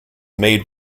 made